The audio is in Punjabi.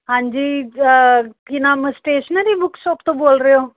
ਹਾਂਜੀ ਕੀ ਨਾਮ ਸਟੇਸ਼ਨਰੀ ਬੁੱਕ ਸ਼ੋਪ ਤੋਂ ਬੋਲ ਰਹੇ ਹੋ